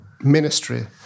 ministry